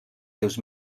rius